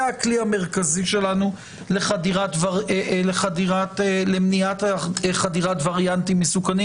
זה הכלי המרכזי שלי למניעת חדירת וריאנטים מסוכנים